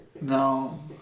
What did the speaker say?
No